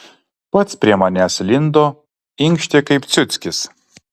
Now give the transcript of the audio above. pats prie manęs lindo inkštė kaip ciuckis